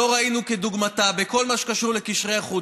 שלא ראינו כדוגמתה בכל מה שקשור לקשרי חוץ.